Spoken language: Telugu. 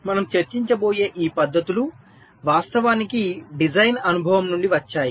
మనము చర్చించబోయే ఈ పద్ధతులు వాస్తవానికి డిజైన్ అనుభవం నుండి వచ్చాయి